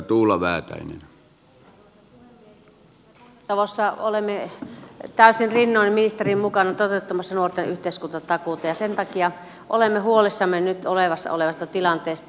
me pohjois savossa olemme täysin rinnoin ministerin mukana toteuttamassa nuorten yhteiskuntatakuuta ja sen takia olemme huolissamme nyt olemassa olevasta tilanteesta